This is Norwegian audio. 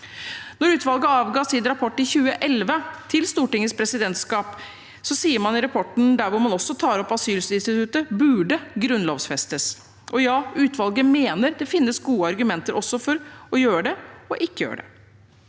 Da utvalget avga sin rapport i 2011 til Stortingets presidentskap, sa man i rapporten, som også tar opp asylinstituttet, at det «burde grunnlovfestes». Og ja, utvalget mener det finnes gode argumenter for å gjøre det og også for ikke å gjøre det.